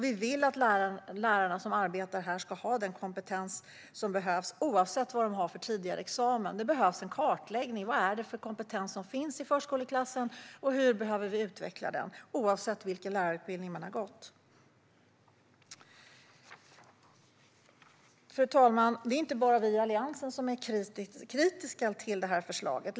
Vi vill att de lärare som arbetar här ska ha den kompetens som behövs, oavsett vad de har för tidigare examen. Det behövs en kartläggning. Vad är det för kompetens som finns i förskoleklassen? Hur behöver vi utveckla den? Det gäller oavsett vilken lärarutbildning man har gått. Fru talman! Det är inte bara vi i Alliansen som är kritiska till det här förslaget.